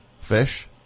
Fish